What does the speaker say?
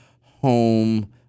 home